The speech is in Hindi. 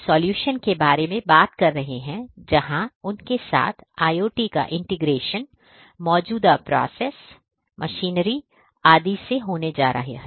वे सॉल्यूशन के बारे में बात कर रहे हैं जहां उनके साथ IoT का इंटीग्रेशन मौजूदा प्रोसेस मशीनरी आदि से होने जा रहे हैं